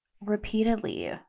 repeatedly